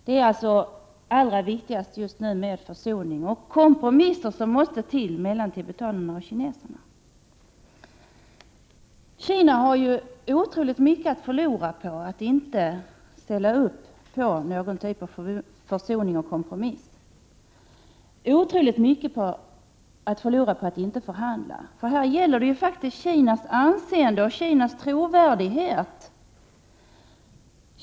Det allra viktigaste just nu är att det sker en försoning och att kompromisser kommer till stånd mellan tibetanerna och kineserna. Kina har ju otroligt mycket att förlora på att inte förhandla och på att inte gå med på en försoning eller kompromisser. Detta handlar ju om Kinas anseende och trovärdighet.